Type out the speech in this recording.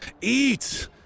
Eat